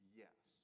yes